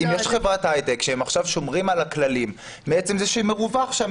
אם יש חברת הייטק שהיא עכשיו שומרת על הכללים מעצם זה שמרווח שם,